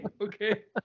Okay